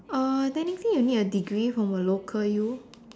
uh technically you need a degree from a local U